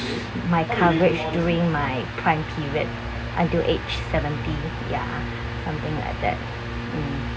my coverage during my prime period until aged seventy ya something like that mm